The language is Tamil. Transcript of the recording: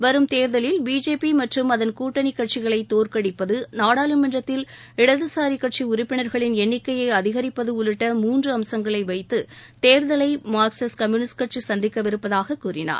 வரும் தேர்தலில் பிஜேபி மற்றும் அதன் கூட்டணிக் கட்சிகளை தோற்கடிப்பது நாடாளுமன்றத்தில் இடதுசாரிக் கட்சி உறுப்பினர்களின் எண்ணிக்கையை அதிகரிப்பது உள்ளிட்ட மூன்று அம்சங்களை வைத்து தேர்தலை மார்க்சிஸ்ட் கம்யூனிஸ்ட் கட்சி சந்திக்கவிருப்பதாக கூறினார்